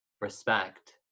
respect